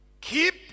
Keep